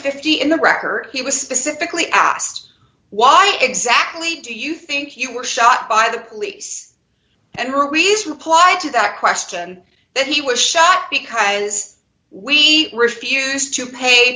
fifty in the record he was specifically asked why exactly do you think you were shot by the police and reason replied to that question that he was shot because we refused to pay